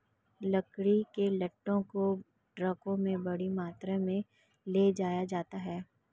लकड़ी के लट्ठों को ट्रकों में बड़ी मात्रा में ले जाया जाता है